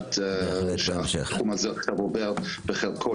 במיוחד שהתחום הזה עכשיו עובר בחלקו